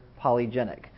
polygenic